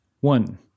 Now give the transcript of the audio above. one